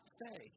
say